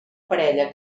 parella